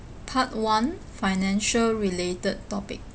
part one financial related topic